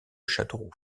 châteauroux